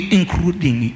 including